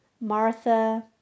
Martha